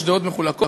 יש דעות חלוקות.